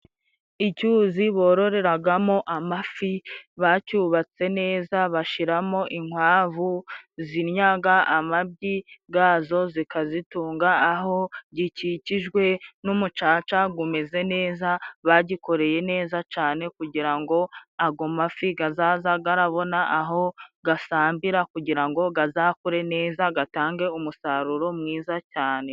Icyuzi bororeragamo amafi bacyubatse neza bashiramo inkwavu zinnyaga amabyi gazo zikazitunga aho gikikijwe n'umucaca gumeze neza, bagikoreye neza cane kugira ngo ago mafi gazaza garabona aho gasambira kugira ngo gazakure neza gatange umusaruro mwiza cyane.